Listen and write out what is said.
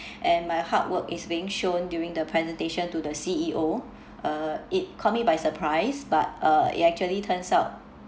and my hard work is being shown during the presentation to the C_E_O uh it caught me by surprise but uh it actually turns out